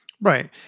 Right